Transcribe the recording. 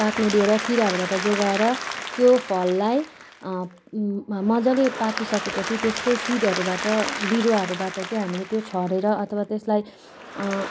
पाक्नु दिएर किराहरूबाट जोगाएर त्यो फललाई मज्जाले पाकिसकेपछि त्यस्कै सिडहरूबाट बिरुवाहरूबाट चाहिँ हामीले त्यो छरेर अथवा त्यसलाई